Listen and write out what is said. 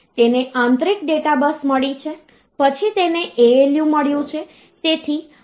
તેને આંતરિક data bus મળી છે પછી તેને ALU મળ્યું છે